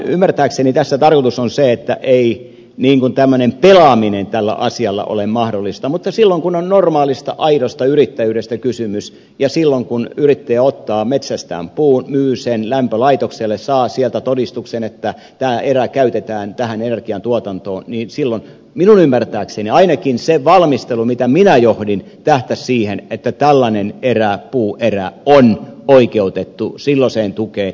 ymmärtääkseni tässä tarkoitus on se että ei tämmöinen pelaaminen tällä asialla ole mahdollista mutta silloin kun on normaalista aidosta yrittäjyydestä kysymys ja silloin kun yrittäjä ottaa metsästään puun myy sen lämpölaitokselle saa sieltä todistuksen että tämä erä käytetään tähän energiantuotantoon minun ymmärtääkseni ainakin se valmistelu mitä minä johdin tähtäsi siihen että tällainen puuerä on oikeutettu silloiseen tukeen